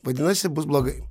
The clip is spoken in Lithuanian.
vadinasi bus blogai